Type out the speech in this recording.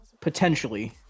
potentially